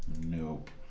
Nope